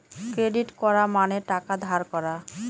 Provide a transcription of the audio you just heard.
credit করা মানে টাকা ধার করা